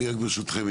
ברשותכם,